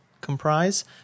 comprise